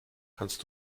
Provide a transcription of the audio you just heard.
kannst